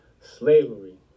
Slavery